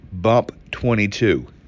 BUMP22